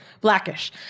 Blackish